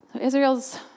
Israel's